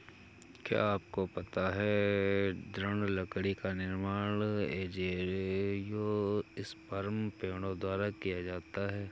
क्या आपको पता है दृढ़ लकड़ी का निर्माण एंजियोस्पर्म पेड़ों द्वारा किया जाता है?